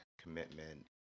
commitment